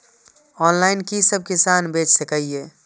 Online कि सब किसान बैच सके ये?